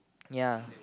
ya